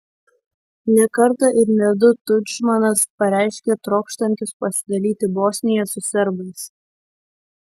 ne kartą ir ne du tudžmanas pareiškė trokštantis pasidalyti bosniją su serbais